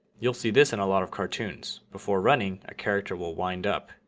you'll see this in a lot of cartoons before running a character will wind up,